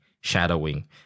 shadowing